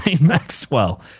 Maxwell